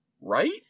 right